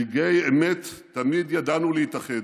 ברגעי אמת תמיד ידענו להתאחד.